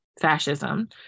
fascism